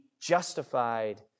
justified